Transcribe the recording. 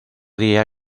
día